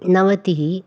नवतिः